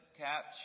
Capture